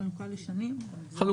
חלוקה לשנים וכולי.